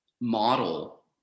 model